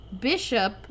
Bishop